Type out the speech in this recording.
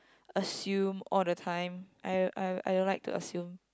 assume all the time I I I don't like to assume